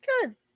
Good